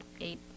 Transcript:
eight